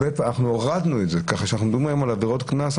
אנחנו הורדנו את זה כך שאנחנו מדברים היום על עבירות קנס,